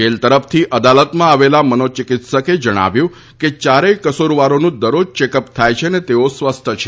jail તરફથી અદાલતમાં આવેલા મનોચિકિત્સકે જણાવ્યું હતુ કે ચારે કસુરવારોનું દરરોજ ચેકઅપ થાય છે અને તેઓ સ્વસ્થ છે